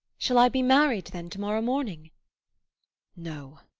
shall i be married, then, to-morrow morning no,